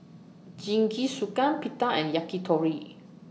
Jingisukan Pita and Yakitori